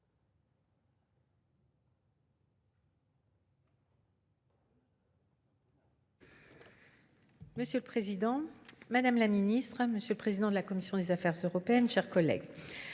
Monsieur le Président, Madame la Ministre, Monsieur le Président de la Commission des Affaires Européennes, chers collègues.